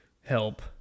help